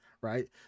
Right